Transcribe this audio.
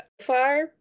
far